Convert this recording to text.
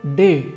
day